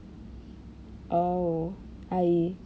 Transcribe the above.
oh I